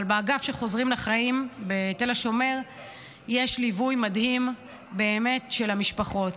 אבל באגף של "חוזרים לחיים" בתל השומר יש ליווי מדהים באמת של המשפחות.